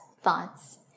thoughts